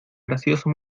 gracioso